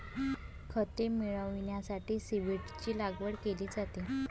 खते मिळविण्यासाठी सीव्हीड्सची लागवड केली जाते